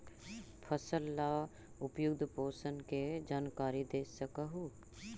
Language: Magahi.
फसल ला उपयुक्त पोषण के जानकारी दे सक हु?